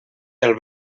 del